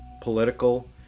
political